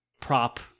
prop